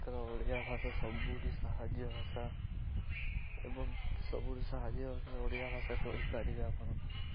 ମାତ୍ର ଓଡ଼ିଆ ଭାଷା ସବୁଠୁ ସାହାଯ୍ୟ ଭାଷା ଏବଂ ସବୁଠୁ ସାହାଯ୍ୟ ହେଲେ ଓଡ଼ିଆ ଭାଷା କହିପାରିବେ ଆପଣ